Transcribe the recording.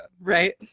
Right